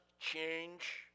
change